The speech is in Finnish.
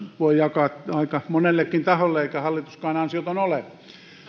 voi jakaa aika monellekin taholle eikä hallituskaan ansioton ole